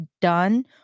done